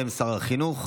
בשם שר החינוך,